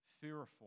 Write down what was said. Fearful